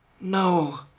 No